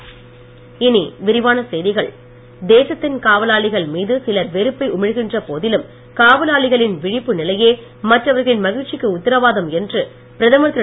மோடி தேசத்தின் காவலாளிகள் மீது சிலர் வெறுப்பை உமிழ்கின்ற போதிலும் காவலாளிகளின் விழிப்பு நிலை மற்றவர்களின் மகிழ்ச்சிக்கு உத்தரவாதம் என்று பிரதமர் திரு